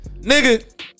Nigga